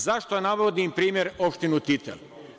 Zašto navodim primer opštine Titel?